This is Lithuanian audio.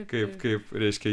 kaip kaip reiškia